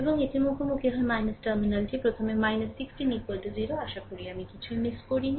এবং এটি মুখোমুখি হয় টার্মিনালটি প্রথমে 16 0 আশা করি আমি কিছুই মিস করিনি